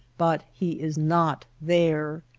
but he is not there.